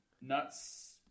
nuts